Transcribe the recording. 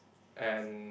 and